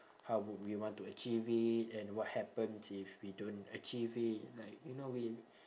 how would we want to achieve it and what happens if we don't achieve it like you know we